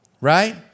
right